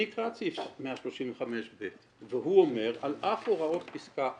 אני קראתי את סעיף 135/ב והוא אומר: "על אף הוראות פסקה א"